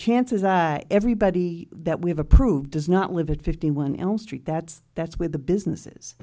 chances that everybody that we have approved does not live at fifty one else st that's that's where the businesses